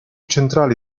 centrali